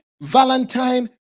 valentine